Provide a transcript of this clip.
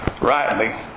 rightly